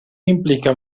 implica